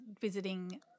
visiting